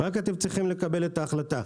רק אתם צריכים לקבל את ההחלטה.